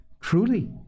truly